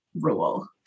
rule